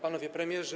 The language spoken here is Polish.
Panowie Premierzy!